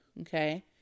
Okay